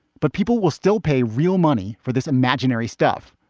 but people will still pay real money for this imaginary stuff.